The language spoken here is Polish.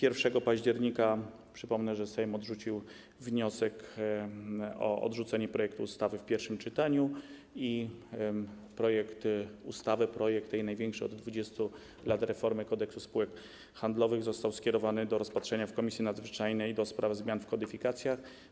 1 października Sejm odrzucił wniosek o odrzucenie projektu ustawy w pierwszym czytaniu i projekt ustawy, projekt tej największej od 20 lat reformy Kodeksu spółek handlowych, został skierowany do rozpatrzenia w Komisji Nadzwyczajnej do spraw zmian w kodyfikacjach.